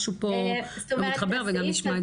משהו פה לא מתחבר וגם נשמע את